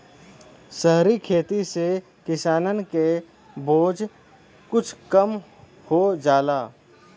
सहरी खेती से किसानन के बोझ कुछ कम हो जाला